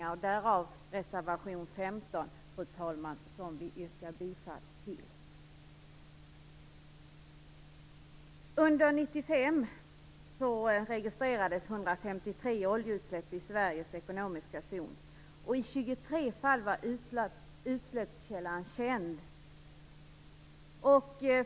Därav, fru talman, reservation 15 som jag yrkar bifall till. Sveriges ekonomiska zon. I 23 fall var utsläppskällan känd.